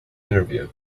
interview